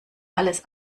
alles